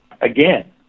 again